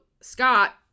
Scott